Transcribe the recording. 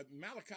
Malachi